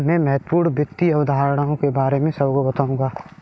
मैं महत्वपूर्ण वित्त अवधारणाओं के बारे में सबको बताऊंगा